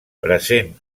present